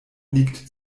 liegt